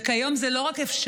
וכיום זה לא רק אפשרי,